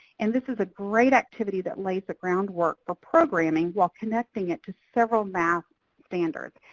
and this is a great activity that lays the groundwork for programming while connecting it to several math standards.